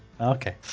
Okay